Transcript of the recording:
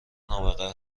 نابغه